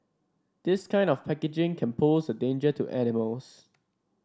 this kind of packaging can pose a danger to animals